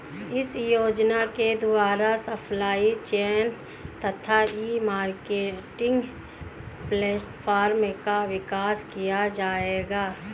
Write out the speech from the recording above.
इस योजना के द्वारा सप्लाई चेन तथा ई मार्केटिंग प्लेटफार्म का विकास किया जाएगा